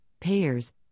payers